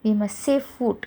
we must save food